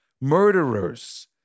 Murderers